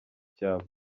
cyapa